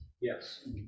Yes